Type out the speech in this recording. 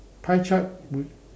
pie chart would